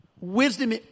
Wisdom